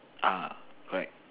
uh correct